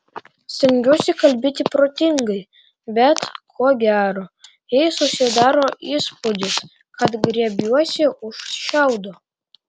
stengiuosi kalbėti protingai bet ko gero jai susidaro įspūdis kad griebiuosi už šiaudo